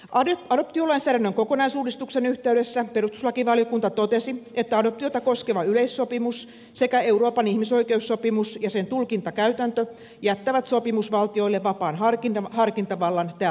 adoptiolainsäädännön kokonaisuusuudistuksen yh teydessä perustuslakivaliokunta totesi että adoptiota koskeva yleissopimus sekä euroopan ihmisoikeussopimus ja sen tulkintakäytäntö jättävät sopimusvaltioille vapaan harkintavallan tältä osin